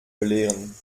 belehren